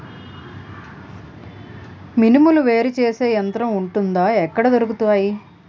మినుములు వేరు చేసే యంత్రం వుంటుందా? ఎక్కడ దొరుకుతాయి?